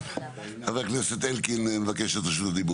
חבר הכנסת, אלקין, מבקש את רשות הדיבור.